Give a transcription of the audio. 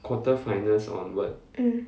mm